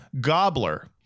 gobbler